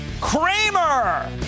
Kramer